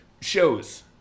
shows